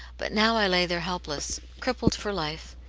but now i lay there helpless, crippled for life,